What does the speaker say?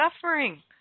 suffering